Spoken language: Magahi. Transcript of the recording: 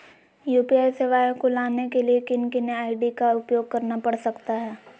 यू.पी.आई सेवाएं को लाने के लिए किन किन आई.डी का उपयोग करना पड़ सकता है?